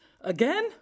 Again